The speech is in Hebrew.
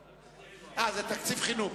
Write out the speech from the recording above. אה, זה תקציב חינוך.